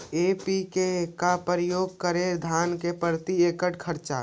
NPK का प्रयोग करे मे धान मे प्रती एकड़ खर्चा?